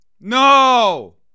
No